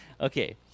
okay